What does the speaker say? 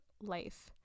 life